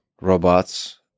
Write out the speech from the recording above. robots